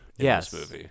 Yes